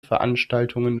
veranstaltungen